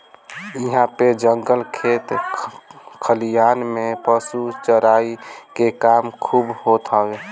इहां पे जंगल खेत खलिहान में पशु चराई के काम खूब होत हवे